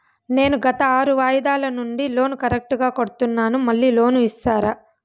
నేను గత ఆరు వాయిదాల నుండి లోను కరెక్టుగా కడ్తున్నాను, మళ్ళీ లోను ఇస్తారా?